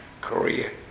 Korea